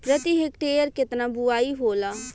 प्रति हेक्टेयर केतना बुआई होला?